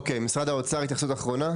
אוקיי, משרד האוצר, התייחסות אחרונה?